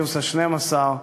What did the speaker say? פיוס ה-12,